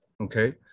Okay